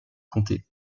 comté